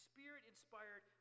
Spirit-inspired